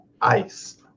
ice